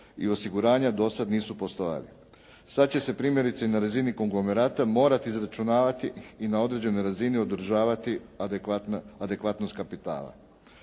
i osiguranja dosad nisu postojali. Sad će se primjerice na razini konglomerata morati izračunavati i na određenoj razini održavati adekvatnost kapitala.